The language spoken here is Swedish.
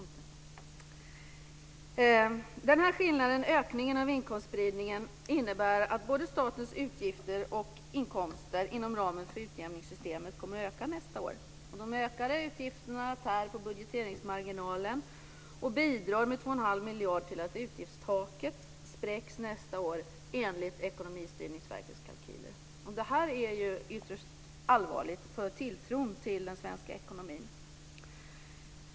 Ökningen av inkomstspridningen innebär att både statens utgifter och inkomster inom ramen för utjämningssystemet kommer att öka nästa år. De ökade utgifterna tär på budgeteringsmarginalen och bidrar med 2 1⁄2 miljarder till att utgiftstaket spräcks nästa år enligt Ekonomistyrningsverkets kalkyler. Detta är ytterst allvarligt för tilltron till den svenska ekonomin.